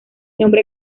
nombre